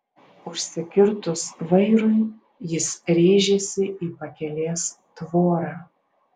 užsikirtus vairui jis rėžėsi į pakelės tvorą